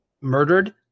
murdered